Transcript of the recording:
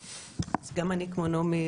גם אני כמו נעמי